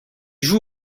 joue